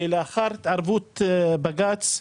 לאחר התערבות בג"ץ,